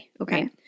Okay